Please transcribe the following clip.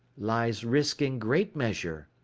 lies risk in great measure.